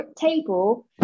table